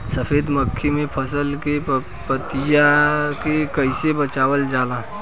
सफेद मक्खी से फसल के पतिया के कइसे बचावल जाला?